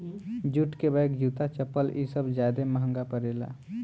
jute के bag, जूता, चप्पल इ सब ज्यादे महंगा परेला